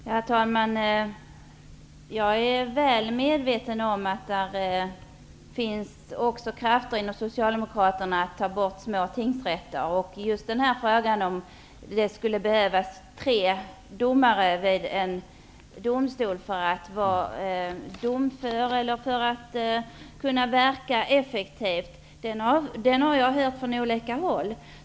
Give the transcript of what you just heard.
Herr talman! Jag är väl medveten om att det finns krafter också hos Socialdemokraterna som verkar för att avskaffa små tingsrätter. Just resonemanget om att det skall behövas tre domare vid en domstol för att den skall vara domför eller kunna verka effektivt har jag hört från olika håll.